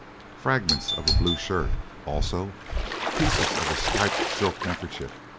fragments of a blue shirt also pieces of a striped silk neckerchief,